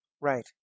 right